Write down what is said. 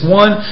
one